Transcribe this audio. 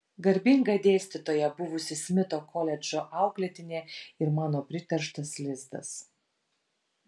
garbinga dėstytoja buvusi smito koledžo auklėtinė ir mano priterštas lizdas